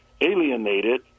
alienated